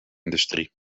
industrie